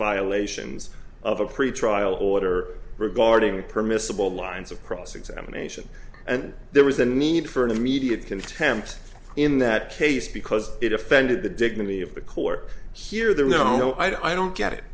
violations of a pretrial order regarding permissible lines of cross examination and there was a need for an immediate contempt in that case because it offended the dignity of the court here there were no i don't get it